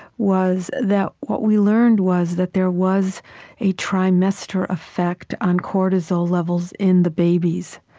was that what we learned was that there was a trimester effect on cortisol levels in the babies.